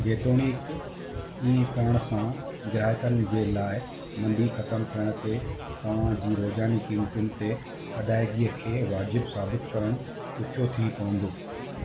जेतोणीकि इहा करण सां ग्राहकनि जे लाइ मंदी ख़त्मु थियण ते तव्हांजी रोज़ानी क़ीमतुनि ते अदाइगी खे वाजिबु साबित करणु ॾुखियो थी पवंदो